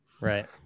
Right